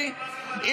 זה.